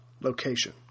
location